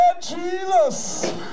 jesus